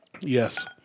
Yes